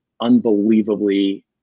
unbelievably